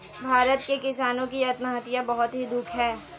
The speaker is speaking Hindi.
भारत में किसानों की आत्महत्या बहुत ही दुखद है